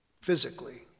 physically